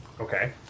Okay